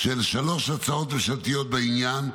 של שלוש הצעות ממשלתיות בעניין,